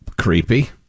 Creepy